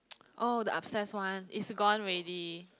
oh the upstairs one it's gone already